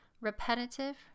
repetitive